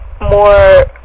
more